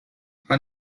her